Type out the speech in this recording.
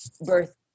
birth